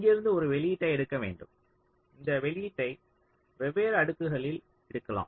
இங்கிருந்து ஒரு வெளியீட்டை எடுக்க வேண்டும் இந்த வெளியீட்டை வெவ்வேறு அடுக்குகளில் எடுக்கலாம்